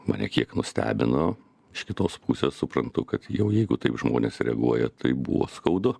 mane kiek nustebino iš kitos pusės suprantu kad jau jeigu taip žmonės reaguoja tai buvo skaudu